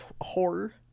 horror